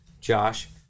Josh